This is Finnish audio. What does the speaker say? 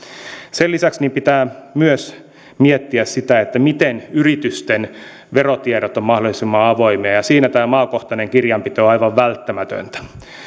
sen lisäksi pitää myös miettiä sitä miten yritysten verotiedot ovat mahdollisimman avoimia ja ja siinä tämä maakohtainen kirjanpito on aivan välttämätöntä